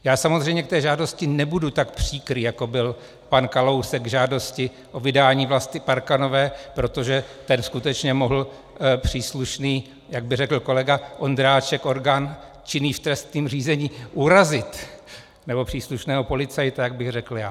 Já samozřejmě k té žádosti nebudu tak příkrý, jako byl pan Kalousek k žádosti o vydání Vlasty Parkanové, protože ten skutečně mohl příslušný, jak by řekl kolega Ondráček, orgán činný v trestním řízení urazit, nebo příslušného policajta, jak bych řekl já.